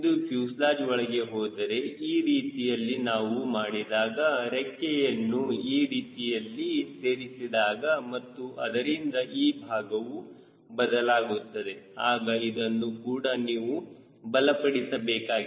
ಇದು ಫ್ಯೂಸೆಲಾಜ್ ಒಳಗೆ ಹೋದರೆ ಈ ರೀತಿಯಲ್ಲಿ ನಾವು ಮಾಡಿದಾಗ ರೆಕ್ಕೆಯನ್ನು ಈ ರೀತಿ ಸೇರಿಸಿದಾಗ ಮತ್ತು ಅದರಿಂದ ಈ ಭಾಗವು ಬದಲಾಗುತ್ತದೆ ಆಗ ಇದನ್ನು ಕೂಡ ನೀವು ಬಲಪಡಿಸಬೇಕಾಗಿದೆ